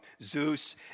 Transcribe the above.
Zeus